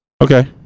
Okay